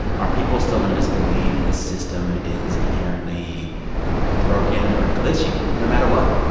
are people still going to just believe this system is inherently broken or glitchy no matter what?